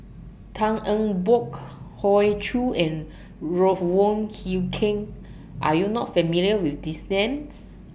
Tan Eng Bock Hoey Choo and Ruth Wong Hie King Are YOU not familiar with These Names